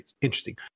interesting